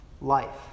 life